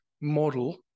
model